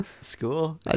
School